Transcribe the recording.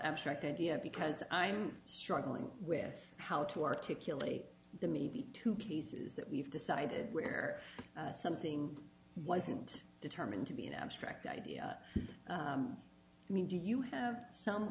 abstract idea because i'm struggling with how to articulate the maybe two pieces that we've decided where something wasn't determined to be an abstract idea i mean do you have some